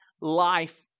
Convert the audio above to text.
life